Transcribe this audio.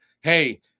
Hey